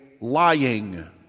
lying